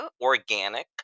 Organic